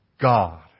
God